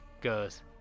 goes